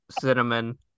cinnamon